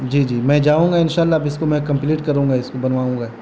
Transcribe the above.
جی جی میں جاؤں گا انشاء اللہ اب اس کو میں کمپلیٹ کروں گا اس کو بنواؤں گا